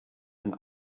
and